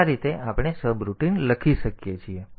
તેથી આ રીતે આપણે સબરૂટિન લખી શકીએ છીએ